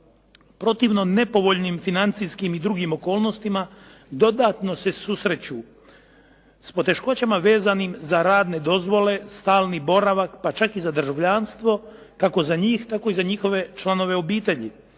protivno nepovoljnim financijskim i drugim okolnostima dodatno se susreću s poteškoćama vezanim za radne dozvole, stalni boravak, pa čak i za državljanstvo kako za njih tako i za njihove članove obitelji